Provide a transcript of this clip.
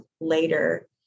later